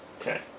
Okay